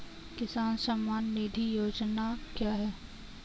किसान सम्मान निधि योजना क्या है?